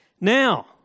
Now